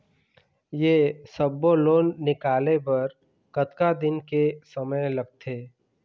ये सब्बो लोन निकाले बर कतका दिन के समय लगथे?